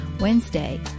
Wednesday